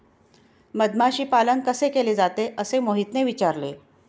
मधमाशी पालन कसे केले जाते? असे मोहितने विचारले